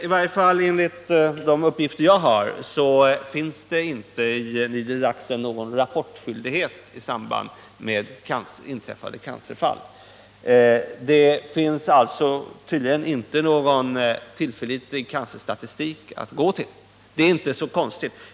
I varje fall enligt de uppgifter jag har finns det i Niedersachsen inte någon rapportskyldighet i samband med inträffade cancerfall. Därför finns det tydligen inte någon tillförlitlig cancerstatistik att gå till. Det är inte så konstigt.